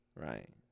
Right